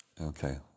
Okay